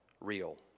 real